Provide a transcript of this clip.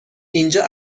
اینجا